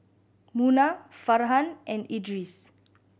Munah Farhan and Idris